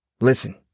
Listen